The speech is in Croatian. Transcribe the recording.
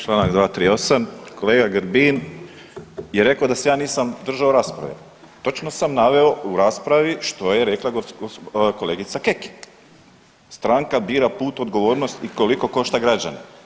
Čl. 238., kolega Grbin je rekao da se ja nisam držao rasprave, točno sam naveo u raspravi što je rekla kolegica Kekin, stranka bira put, odgovornost i koliko košta građane.